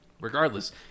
Regardless